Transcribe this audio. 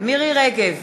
מירי רגב,